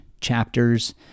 chapters